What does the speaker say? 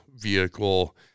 vehicle